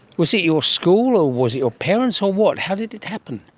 was it your school or was it your parents or what? how did it happen?